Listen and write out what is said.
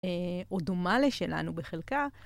או דומה לשלנו בחלקה.